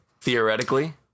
Theoretically